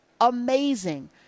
amazing